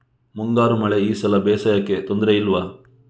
ಮುಂಗಾರು ಮಳೆ ಈ ಸಲ ಬೇಸಾಯಕ್ಕೆ ತೊಂದರೆ ಇಲ್ವ?